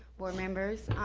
board members.